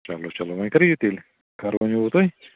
چلو چلو وۄنۍ کر یِیِو تیٚلہِ کر وَنیووُ تۄہہِ